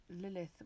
Lilith